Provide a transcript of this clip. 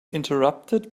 interrupted